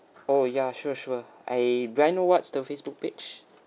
oh yeah sure sure I do I know what's the facebook page